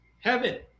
heaven